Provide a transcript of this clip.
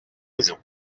raison